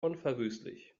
unverwüstlich